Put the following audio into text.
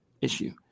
issue